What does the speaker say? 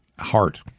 heart